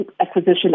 acquisition